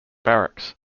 barracks